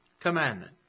commandment